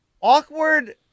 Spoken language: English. awkward